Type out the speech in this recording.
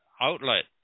outlet